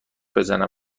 بزنن